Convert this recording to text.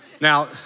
Now